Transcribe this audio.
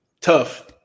Tough